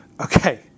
Okay